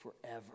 forever